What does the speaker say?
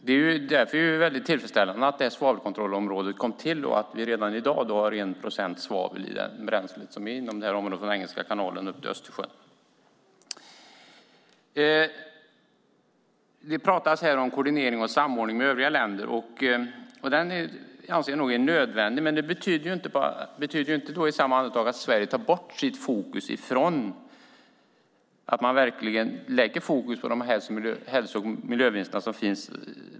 Därför känns det mycket tillfredsställande att svavelkontrollområdet kom till och att vi redan i dag bara har 1 procent svavel i det bränsle som finns i området från Engelska kanalen upp till Östersjön. Det talas om koordinering och samordning med övriga länder. Det är nog nödvändigt, men samtidigt måste man sätta fokus på de potentiella hälso och miljövinster som finns.